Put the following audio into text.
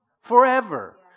forever